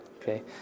okay